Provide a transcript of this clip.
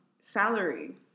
salary